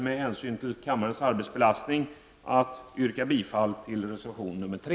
Med hänsyn till kammarens arbetsbelastning nöjer vi oss därför med att yrka bifall till reservation nr 3.